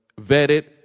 vetted